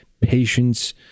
Patience